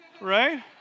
Right